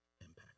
Impact